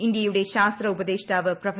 ഇന്ത്യയുടെ ശാസ്ത്ര ഉപദേഷ്ടാവ് പ്രൊഫ